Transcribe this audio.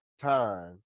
time